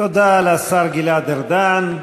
תודה לשר גלעד ארדן.